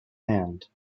hand